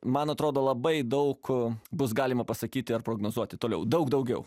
man atrodo labai daug bus galima pasakyti ar prognozuoti toliau daug daugiau